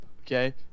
Okay